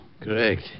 Correct